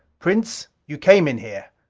prince, you came in here!